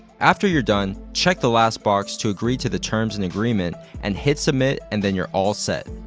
after you're done, check the last box to agree to the terms and agreement and hit submit and then you're all set.